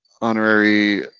honorary